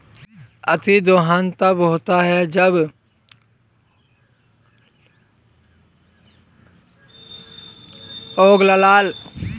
अतिदोहन तब होता है जब ओगलाला एक्वीफर, जल संसाधन का खनन, निष्कर्षण उस दर से किया जाता है